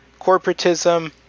corporatism